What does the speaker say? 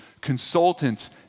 consultants